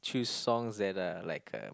choose songs that are like uh